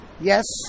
Yes